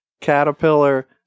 caterpillar